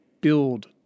build